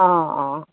অঁ অঁ